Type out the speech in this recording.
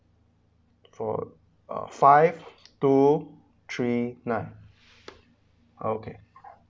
four uh five two three nine okay